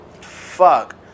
fuck